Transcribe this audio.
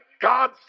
God